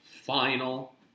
final